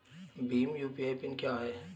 Bhim UPI PIN क्या है?